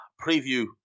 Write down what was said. preview